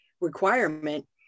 requirement